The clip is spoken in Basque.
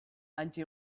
hantxe